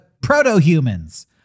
proto-humans